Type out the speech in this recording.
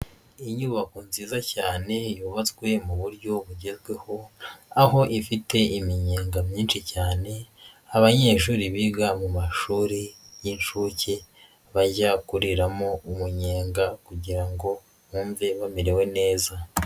Inyubako nziza cyane yubatswe mu buryo bugezweho aho ifite iminyega myinshi cyane abanyeshuri biga mu mashuri y'incuke bajya kuriramo umunyenga kugira ngo bumve bamerewe neza.